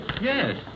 Yes